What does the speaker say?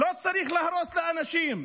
לא צריך להרוס את האנשים.